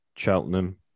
Cheltenham